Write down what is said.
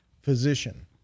Physician